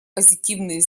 позитивные